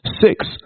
six